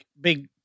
big